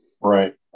Right